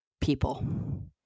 people